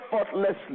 effortlessly